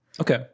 okay